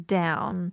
down